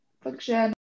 function